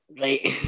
Right